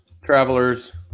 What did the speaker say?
travelers